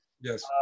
yes